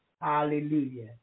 Hallelujah